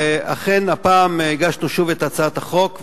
ואכן הפעם הגשנו שוב את הצעת החוק,